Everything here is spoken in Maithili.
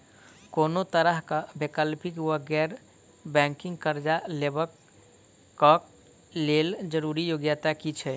कोनो तरह कऽ वैकल्पिक वा गैर बैंकिंग कर्जा लेबऽ कऽ लेल जरूरी योग्यता की छई?